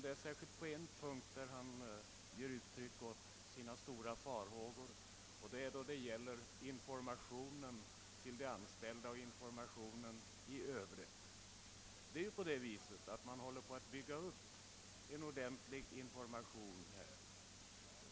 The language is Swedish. Det är särskilt på en punkt herr Ericsson ger uttryck åt sina stora farhågor, och det är beträffande informationen, både till de anställda och i övrigt. Man håller emellertid på att bygga upp en ordentlig information.